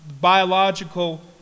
biological